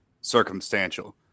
circumstantial